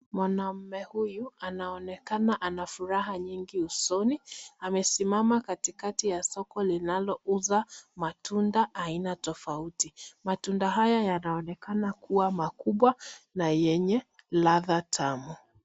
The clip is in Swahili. Mwanamume huyu anaonekana ana furaha nyingi usoni. Amesimama katikati ya soko linalouza matunda aina tofauti. Matunda haya yanaonekana kuwa makubwa na yenye ladha tamu.